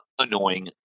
annoying